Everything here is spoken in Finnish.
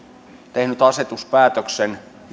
tehnyt asetuspäätöksen